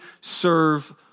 serve